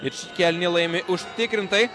ir šį kėlinį laimi užtikrintai